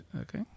okay